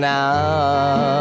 now